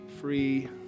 free